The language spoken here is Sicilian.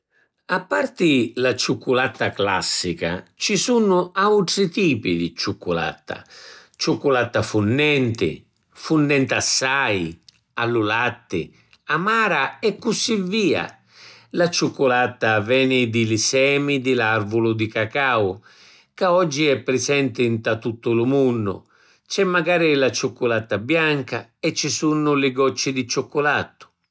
A parti la ciucculatta classica ci sunnu autri tipi di ciucculatta: Ciucculatta funnenti, funnenti assai, a lu latti, amara e cussi via. La ciucculatta veni di li semi di l’arvulu di cacau, ca oggi è prisenti nta tuttu lu munnu. C’è macari la ciucculatta bianca e ci sunnu li gocci di ciucculatta.